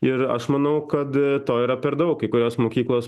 ir aš manau kad to yra per daug kai kurios mokyklos